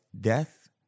death